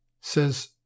Says